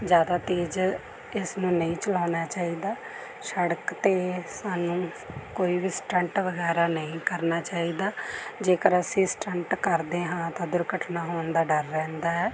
ਜ਼ਿਆਦਾ ਤੇਜ਼ ਇਸਨੂੰ ਨਹੀਂ ਚਲਾਉਣਾ ਚਾਹੀਦਾ ਸੜਕ 'ਤੇ ਸਾਨੂੰ ਕੋਈ ਵੀ ਸਟੰਟ ਵਗੈਰਾ ਨਹੀਂ ਕਰਨਾ ਚਾਹੀਦਾ ਜੇਕਰ ਅਸੀਂ ਸਟੰਟ ਕਰਦੇ ਹਾਂ ਤਾਂ ਦੁਰਘਟਨਾ ਹੋਣ ਦਾ ਡਰ ਰਹਿੰਦਾ ਹੈ